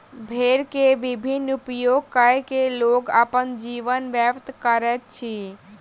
भेड़ के विभिन्न उपयोग कय के लोग अपन जीवन व्यय करैत अछि